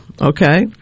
okay